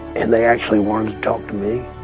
and they actually wanted to talk to me.